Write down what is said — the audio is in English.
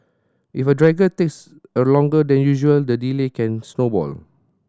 if a takes a longer than usual the delay can snowball